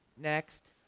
next